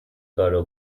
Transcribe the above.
کارو